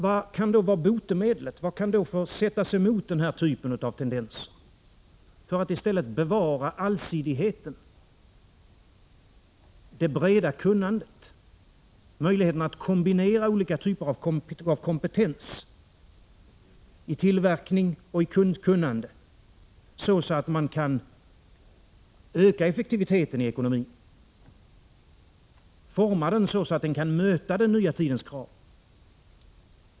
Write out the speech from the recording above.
Vad kan då sättas emot sådana tendenser för att i stället bevara allsidigheten, det breda kunnandet, möjligheterna att kombinera olika typer av kompetens i tillverkning och i kunnande så att man kan öka effektiviteten i ekonomin och forma industrin så att den kan möta den nya tidens krav?